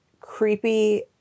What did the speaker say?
creepy